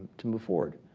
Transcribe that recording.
to move forward.